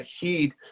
heed